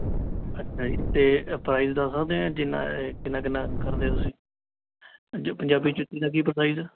ਅੱਛਾ ਜੀ ਤੇ ਪਰਾਇਜ਼ ਦੱਸ ਸਕਦੇ ਆ ਜਿੰਨਾਂ ਕਿੰਨਾ ਕਿੰਨਾ ਕਰਦੇ ਓਂ ਤੁਸੀਂ ਜੋ ਪੰਜਾਬੀ ਜੁੱਤੀ ਦਾ ਕੀ ਪਰਾਇਜ਼ ਆ